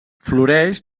floreix